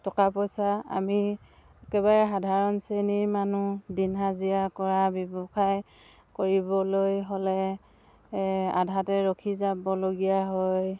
টকা পইচা আমি একেবাৰে সাধাৰণ শ্ৰেণীৰ মানুহ দিন হাজিৰা কৰা ব্যৱসায় কৰিবলৈ হ'লে আধাতে ৰখি যাবলগীয়া হয়